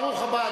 (מחיאות כפיים) ברוך הבא,